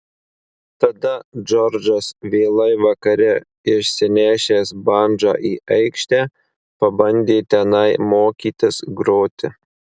tada džordžas vėlai vakare išsinešęs bandžą į aikštę pabandė tenai mokytis groti